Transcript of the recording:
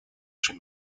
chez